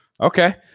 Okay